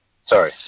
Sorry